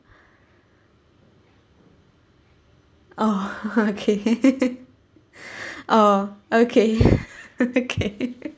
oh okay oh okay okay